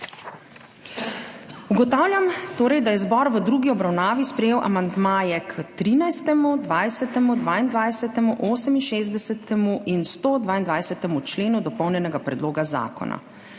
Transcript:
Ugotavljam torej, da je zbor v drugi obravnavi sprejel amandmaje k 13., 20., 22., 68. in 122. členu dopolnjenega predloga zakona.